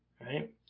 right